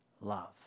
love